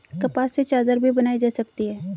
कपास से चादर भी बनाई जा सकती है